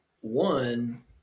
One